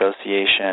Association